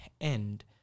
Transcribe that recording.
end